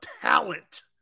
talent